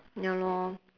ya lor